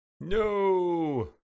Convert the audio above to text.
No